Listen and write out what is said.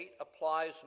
applies